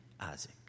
Isaac